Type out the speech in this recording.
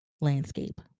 landscape